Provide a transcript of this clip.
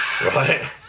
right